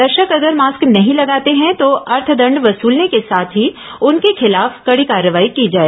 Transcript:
दर्शक अगर मास्क नहीं लगाते हैं तो अर्थदण्ड वसूलने के साथ ही उनके खिलाफ कड़ी कार्रवाई की जाए